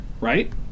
Right